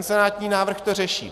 Senátní návrh to řeší.